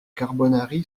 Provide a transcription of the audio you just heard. carbonari